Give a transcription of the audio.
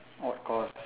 what course